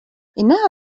إنها